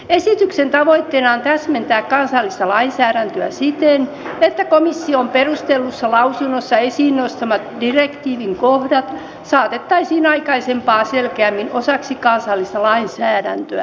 esityksen tavoitteena on täsmentää kansallista lainsäädäntöä siten että komission perustellussa lausunnossa esiin nostamat direktiivin kohdat saatettaisiin aikaisempaa selkeämmin osaksi kansallista lainsäädäntöä